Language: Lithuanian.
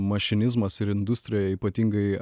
mašinizmas ir industrija ypatingai